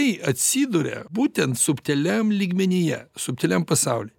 tai atsiduria būtent subtiliam lygmenyje subtiliam pasauly